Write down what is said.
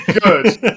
Good